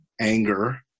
anger